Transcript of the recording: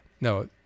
no